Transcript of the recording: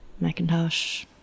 Macintosh